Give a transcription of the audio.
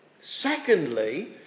secondly